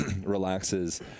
relaxes